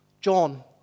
John